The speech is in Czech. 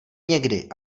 někdy